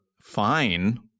fine